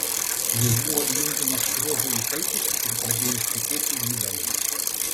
jis buvo įjungiamas ruožui įkaitus ir pradėjus tekėti lydalui